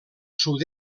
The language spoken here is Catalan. sud